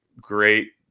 great